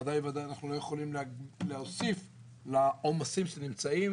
בוודאי ובוודאי שאנחנו לא יכולים להוסיף על העומסים הקיימים,